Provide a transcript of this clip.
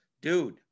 dude